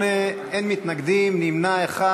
בעד, 38, אין מתנגדים, נמנע אחד.